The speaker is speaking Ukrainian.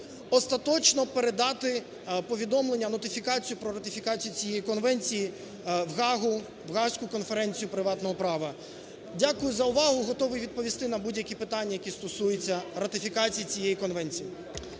остаточно передати повідомлення, нотифікацію про ратифікацію цієї конвенції в Гаагу, в Гаазьку конференцію приватного права. Дякую за увагу. Готовий відповісти на будь-які питання, які стосуються ратифікації цієї конвенції.